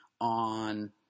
on